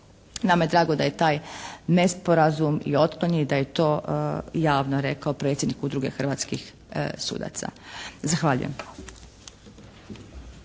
Nama je drago da je taj nesporazum i otklonjen i da je to javno rekao predsjednik Udruge hrvatskih sudaca. Zahvaljujem.